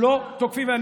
לא תוקפים.